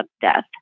death